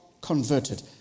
converted